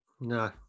No